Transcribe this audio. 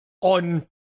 on